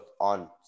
on